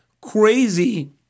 crazy